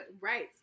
Right